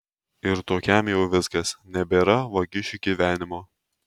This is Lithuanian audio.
ir tokiam jau viskas nebėra vagišiui gyvenimo